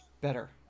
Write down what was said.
better